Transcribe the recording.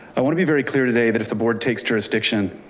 i want to be very clear today that if the board takes jurisdiction,